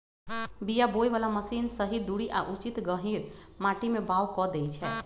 बीया बोय बला मशीन सही दूरी आ उचित गहीर माटी में बाओ कऽ देए छै